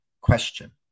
question